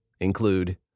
include